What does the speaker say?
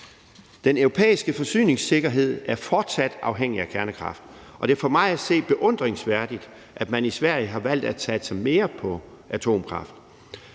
Den europæiske forsyningssikkerhed er fortsat afhængig af kernekraft, og det er for mig at se beundringsværdigt, at man i Sverige har valgt at satse mere på atomkraft.